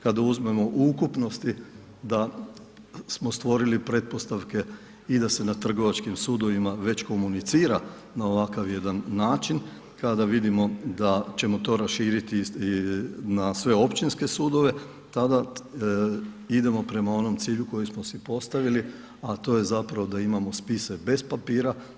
Kada uzmemo u ukupnosti da smo stvorili pretpostavke i da se na trgovačkim sudovima već komunicira na ovakav jedan način, kada vidimo da ćemo to raširiti na sve općinske sudove tada idemo prema onome cilju koji smo si postavili, a to je da imamo spise bez papira.